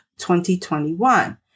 2021